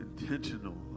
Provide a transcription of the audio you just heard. intentional